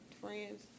friends